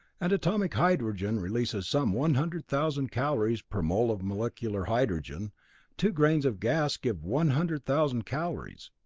and atomic hydrogen releases some one hundred thousand calories per mole of molecular hydrogen two grains of gas give one hundred thousand calories.